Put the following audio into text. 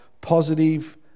positive